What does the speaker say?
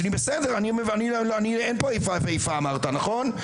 בסדר אני אין פה איפה ואיפה אמרת נכון?